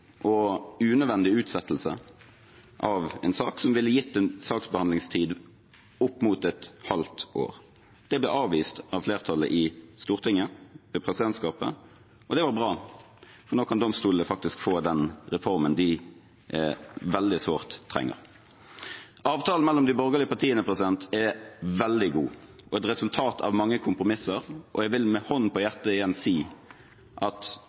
og unødvendig utsettelse av en sak som ville gitt en saksbehandlingstid opp mot et halvt år. Det ble avvist av flertallet i presidentskapet i Stortinget. Det var bra, for nå kan domstolene faktisk få den reformen de veldig sårt trenger. Avtalen mellom de borgerlige partiene er veldig god og et resultat av mange kompromisser. Jeg vil med hånden på hjertet igjen si at